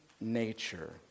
nature